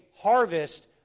harvest